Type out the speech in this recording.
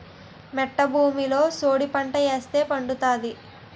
మెట్ట భూమిలో సోడిపంట ఏస్తే పండుతాది